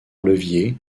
levier